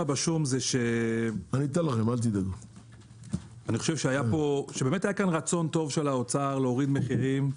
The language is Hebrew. בשום זה שאני חושב שהיה כאן רצון טוב של האוצר להוריד מחירים,